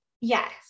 Yes